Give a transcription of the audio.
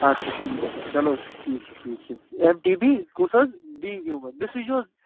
اَدٕ سہ ٹھیٖک چھِ چلو ٹھیٖک چھِ ٹھیٖک چھِ ایٚم ٹی بی کُس حظ بیٖنگ ہیوٗمَن مےٚ سوٗزیوٗ حظ